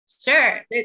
Sure